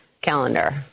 calendar